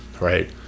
right